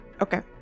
Okay